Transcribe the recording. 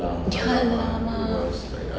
ya lah mak